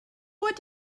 what